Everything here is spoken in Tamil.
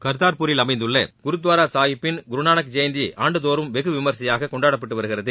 கா்தா்பூரில் அமைந்துள்ள குருத்வாரா சாஹிப்பின் குருநானக் ஜெயந்தி ஆண்டுதோறும் வெகு விமரிசையாக கொண்டாடப்பட்டு வருகிறது